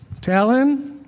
Talon